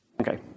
Okay